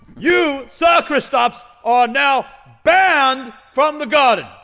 you, ser kristaps, are now banned from the garden!